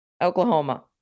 Oklahoma